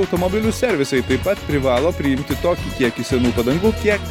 automobilių servisai taip pat privalo priimti tokį kiekį senų padangų kiek